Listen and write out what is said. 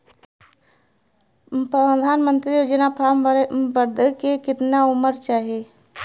प्रधानमंत्री योजना के फॉर्म भरे बदे कितना उमर रहे के चाही?